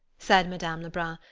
said madame lebrun,